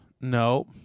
No